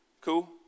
Cool